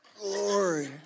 glory